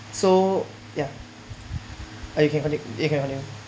so ya oh you can continue you can continue